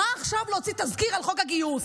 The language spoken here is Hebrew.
מה עכשיו להוציא תזכיר על חוק הגיוס?